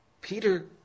Peter